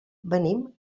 venim